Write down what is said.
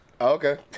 Okay